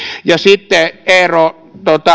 ja sitten eero